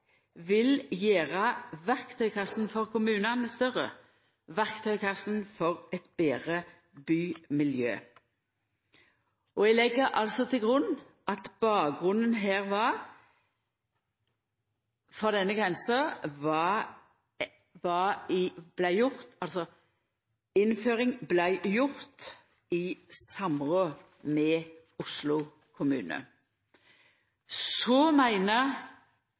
vil gjera verktøykassa for kommunane større – verktøykassa for eit betre bymiljø. Eg legg til grunn at innføring av denne grensa vart gjort i samråd med Oslo kommune. Så meiner